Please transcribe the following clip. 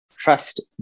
trust